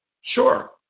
Sure